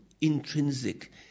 intrinsic